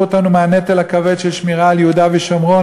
אותנו מהנטל הכבד של שמירה על יהודה ושומרון,